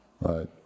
Right